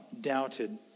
doubted